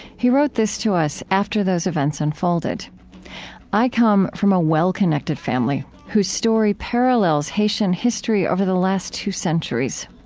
he wrote this to us, after those events unfolded i, come from a well-connected family whose story parallels haitian history over the last two centuries.